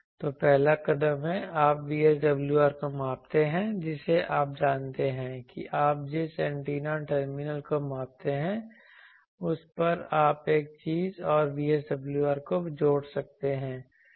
तो पहला कदम है आप VSWR को मापते हैं जिसे आप जानते हैं कि आप जिस एंटीना टर्मिनल को मापते हैं उस पर आप एक चीज और VSWR को जोड़ सकते हैं